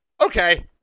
Okay